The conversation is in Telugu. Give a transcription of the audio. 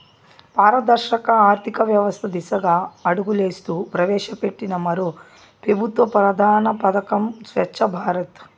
పారదర్శక ఆర్థికవ్యవస్త దిశగా అడుగులేస్తూ ప్రవేశపెట్టిన మరో పెబుత్వ ప్రధాన పదకం స్వచ్ఛ భారత్